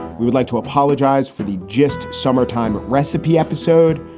we would like to apologize for the gist summertime recipe episode.